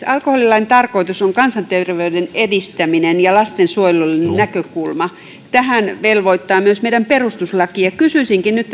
alkoholilain tarkoitus on kansanterveyden edistäminen ja lastensuojelullinen näkökulma tähän velvoittaa myös meidän perustuslakimme kysyisinkin nyt